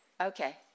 Okay